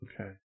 Okay